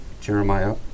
Jeremiah